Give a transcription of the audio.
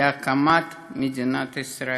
להקמת מדינת ישראל.